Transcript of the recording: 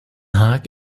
haag